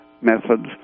methods